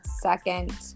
second